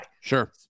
Sure